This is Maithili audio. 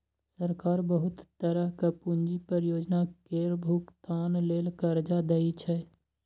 सरकार बहुत तरहक पूंजी परियोजना केर भोगतान लेल कर्जा दइ छै